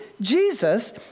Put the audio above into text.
Jesus